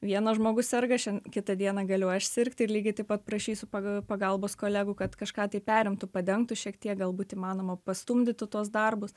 vienas žmogus serga šiandien kitą dieną galiu aš sirgti ir lygiai taip pat prašysiu paga pagalbos kolegų kad kažką tai perimtų padengtų šiek tiek galbūt įmanoma pastumdytų tuos darbus